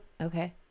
Okay